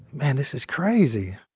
man, this is crazy.